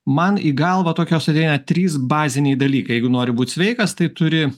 man į galvą tokios ateina trys baziniai dalykai jeigu nori būt sveikas tai turi